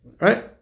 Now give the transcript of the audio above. Right